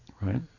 Right